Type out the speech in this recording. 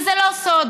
וזה לא סוד,